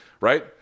right